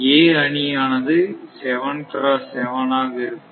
A அணியானது 7 x 7 ஆக இருக்கும்